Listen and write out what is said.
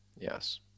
yes